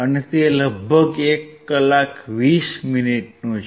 અને તે લગભગ 1 કલાક 20 મિનિટ છે